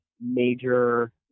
major